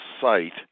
site